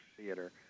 theater